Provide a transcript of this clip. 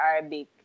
Arabic